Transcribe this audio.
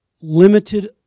limited